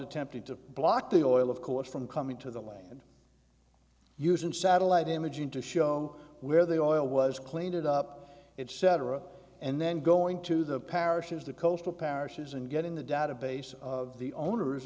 attempting to block the oil of course from coming to the land using satellite imaging to show where the oil was cleaned it up it cetera and then going to the parishes the coastal parishes and getting the database of the owners